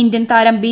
Indian താരം B